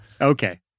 okay